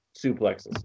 suplexes